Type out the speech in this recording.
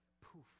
Poof